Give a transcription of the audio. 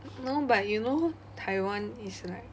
no but you know taiwan is like